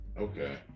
okay